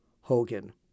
Hogan